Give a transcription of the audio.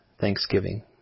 thanksgiving